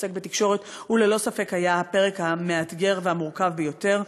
שעוסק בתקשורת וללא ספק היה הפרק המאתגר והמורכב ביותר.